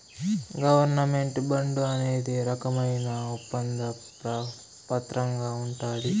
government bond అనేది రకమైన ఒప్పంద పత్రంగా ఉంటది